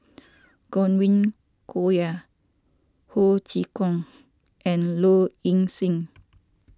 Godwin Koay Ho Chee Kong and Low Ing Sing